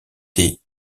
des